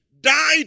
died